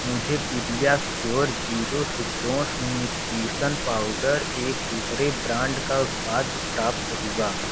मुझे PediaSure zero sucrose nutrition powder एक दूसरे ब्रांड का उत्पाद प्राप्त हुआ